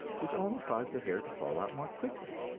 which only caused the hair to fall out more quickly.